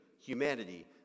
humanity